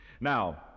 Now